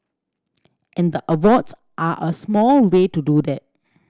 and the awards are a small way to do that